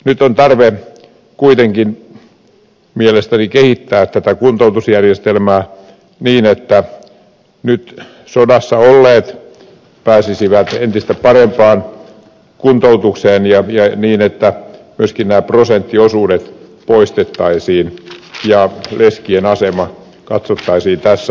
nyt on tarve kuitenkin mielestäni kehittää tätä kuntoutusjärjestelmää niin että sodassa olleet pääsisivät entistä parempaan kuntoutukseen ja niin että myöskin nämä prosenttiosuudet poistettaisiin ja leskien asema katsottaisiin tässä